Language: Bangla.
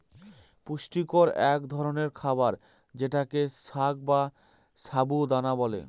পুষ্টিকর এক ধরনের খাবার যেটাকে সাগ বা সাবু দানা বলে